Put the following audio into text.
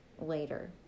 later